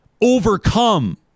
overcome